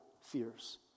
fears